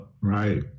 right